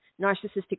narcissistic